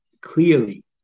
clearly